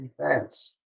Defense